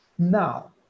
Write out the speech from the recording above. Now